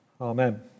Amen